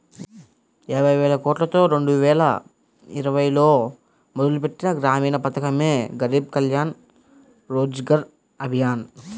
యాబైవేలకోట్లతో రెండువేల ఇరవైలో మొదలుపెట్టిన గ్రామీణ పథకమే గరీబ్ కళ్యాణ్ రోజ్గర్ అభియాన్